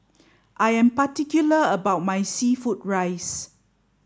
I am particular about my seafood fried rice